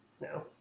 No